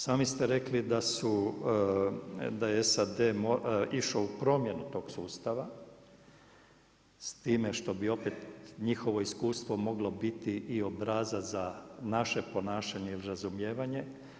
Sami ste rekli da je SAD išao u promjenu tog sustava s time što bi opet njihovo iskustvo moglo biti i obrazac za naše ponašanje ili razumijevanje.